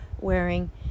wearing